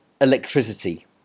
electricity